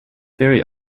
very